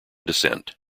descent